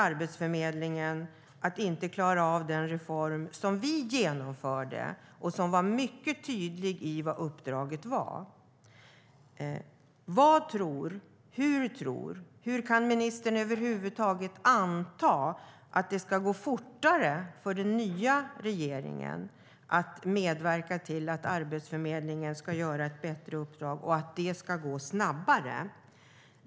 Arbetsförmedlingen har inte på fyra år klarat av den reform som vi genomförde och som var mycket tydlig med vad uppdraget var. Hur kan ministern över huvud taget anta att det ska gå fortare för den nya regeringen att medverka till att Arbetsförmedlingen ska utföra sitt uppdrag bättre? Hur ska det kunna gå snabbare?